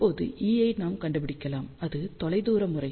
இப்போது E ஐ நாம் கண்டுபிடிக்கலாம் அது தொலைதூர முறை